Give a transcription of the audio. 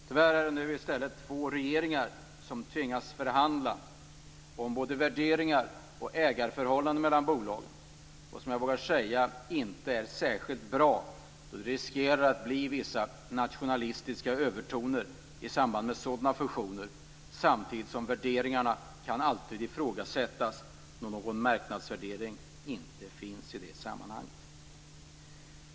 Tyvärr är det nu i stället två regeringar som tvingas förhandla om både värderingar och ägarförhållanden mellan bolagen och som jag vågar säga inte är särskilt bra, och det riskerar att bli vissa nationalistiska övertoner i samband med sådana fusioner, samtidigt som värderingarna alltid kan ifrågasättas då någon marknadsvärdering inte finns i detta sammanhang.